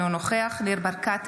אינו נוכח ניר ברקת,